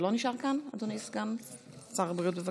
סגן שר הבריאות, בבקשה.